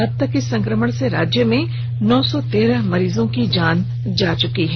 अबतक इस संकमण से राज्य में नौ सौ तेरह मरीजों की जान जा चुकी है